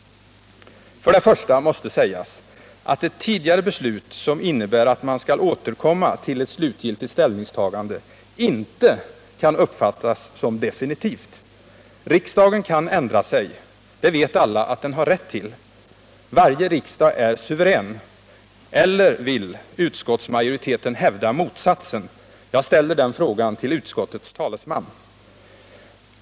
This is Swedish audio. Först och främst måste sägas att ett tidigare beslut som innebär att man skall återkomma till ett slutgiltigt ställningstagande inte kan uppfattas som definitivt. Riksdagen kan ändra sig alla vet att den har rätt till det. Varje riksdag är suverän — eller vill utskottsmajoriteten hävda motsatsen? Jag ställer den frågan till utskottets talesman.